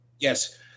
yes